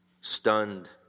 Stunned